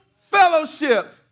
fellowship